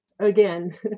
Again